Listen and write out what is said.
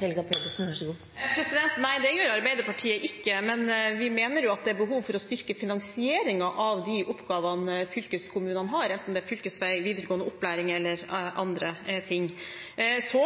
Nei, det gjør Arbeiderpartiet ikke, men vi mener at det er behov for å styrke finanseringen av de oppgavene fylkeskommunene har, enten det er fylkesvei, videregående opplæring eller andre ting. Så